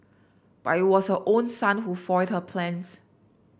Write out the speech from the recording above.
but it was her own son who foiled her plans